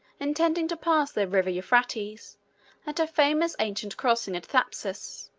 intending to pass the river euphrates at a famous ancient crossing at thapsacus,